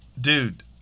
dude